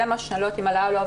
אני לא יודעת אם זה עלה בדיון,